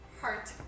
Heart